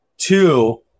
Two